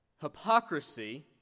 hypocrisy